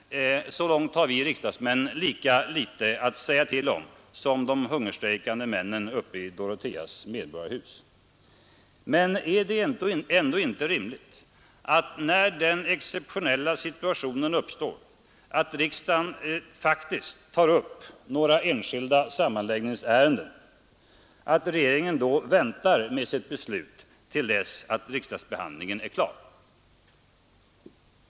Så långt har vi riksdagsmän lika litet att säga till om som de hungerstrejkande männen uppe i Doroteas medborgarhus. Men är det ändå inte rimligt att regeringen när den exceptionella situationen uppstår, att riksdagen faktiskt tar upp några enskilda sammanläggningsärenden, då väntar med sitt beslut till efter riksdagsbehandlingen?